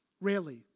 Rarely